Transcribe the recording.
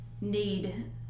need